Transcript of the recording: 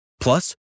Plus